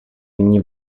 nyní